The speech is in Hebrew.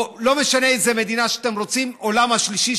או לא משנה איזו מדינה שאתם רוצים של עולם שלישי,